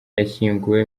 yashyinguwe